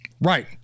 Right